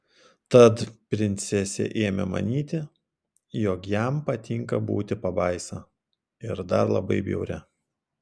tad princesė ėmė manyti jog jam patinka būti pabaisa ir dar labai bjauria